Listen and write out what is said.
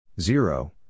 Zero